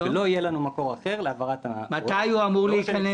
ולא יהיה לנו מקור אחר להעברת --- מתי הכסף הראשוני אמור להיכנס?